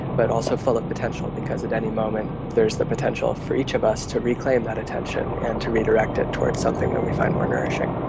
but also full of potential because at any moment there is the potential for each of us to reclaim that attention and to redirect it towards something that we find more nourishing.